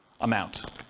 amount